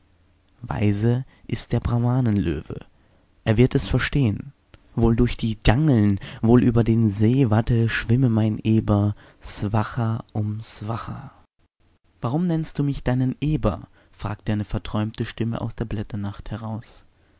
weise ist der brahmanenlöwe er wird es verstehen wohl durch die dschangeln wohl über den see wate schwimme mein eber svaha om svaha warum nennst du mich deinen eber fragte eine verträumte stimme aus der blätternacht heraus